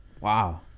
Wow